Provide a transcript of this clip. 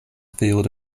field